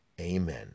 amen